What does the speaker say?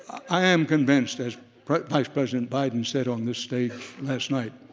i am convinced, as vice president biden said on this stage last night,